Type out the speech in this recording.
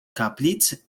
kaplic